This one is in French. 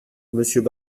monsieur